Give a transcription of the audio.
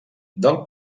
del